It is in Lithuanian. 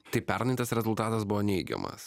tai pernai tas rezultatas buvo neigiamas